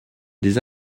des